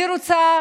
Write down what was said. אני רוצה